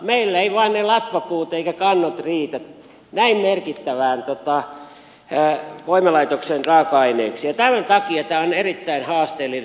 meillä eivät vain ne latvapuut eivätkä kannot riitä näin merkittävän voimalaitoksen raaka aineiksi ja tämän takia tämä on erittäin haasteellinen